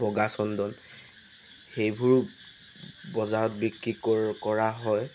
বগা চন্দন সেইবোৰো বজাৰত বিক্ৰী কৰ কৰা হয়